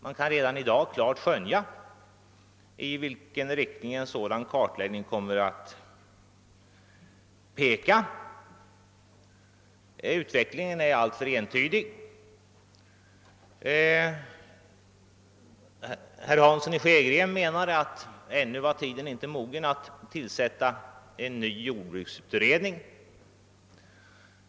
Man kan redan klart skönja i vilken riktning en sådan kartläggning kommer att peka. Utvecklingen är alltför entydig. Herr Hansson i Skegrie menade att tiden ännu inte var mogen att tillsätta en ny jordbruksutredning.